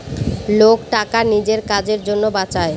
লোক টাকা নিজের কাজের জন্য বাঁচায়